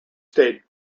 state